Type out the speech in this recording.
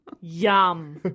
Yum